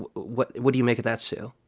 what what do you make of that, sue?